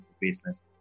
business